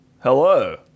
Hello